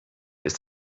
ist